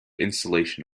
installation